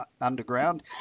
underground